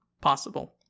possible